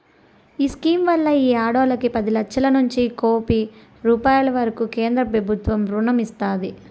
ఈ స్కీమ్ వల్ల ఈ ఆడోల్లకి పది లచ్చలనుంచి కోపి రూపాయిల వరకూ కేంద్రబుత్వం రుణం ఇస్తాది